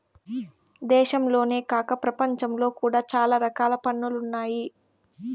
దేశంలోనే కాక ప్రపంచంలో కూడా చాలా రకాల పన్నులు ఉన్నాయి